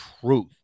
truth